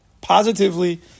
positively